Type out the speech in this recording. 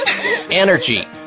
energy